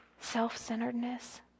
self-centeredness